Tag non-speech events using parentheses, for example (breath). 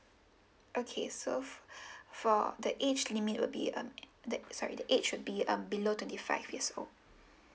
okay so (noise) (breath) for the age limit would be um the sorry the age would be um below twenty five years old